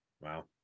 Wow